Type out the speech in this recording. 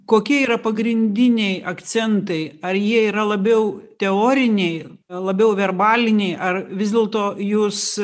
kokie yra pagrindiniai akcentai ar jie yra labiau teoriniai labiau verbaliniai ar vis dėlto jūs